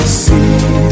see